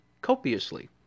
copiously